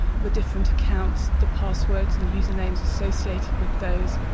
the different accounts, the passwords and user names associated with those,